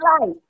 light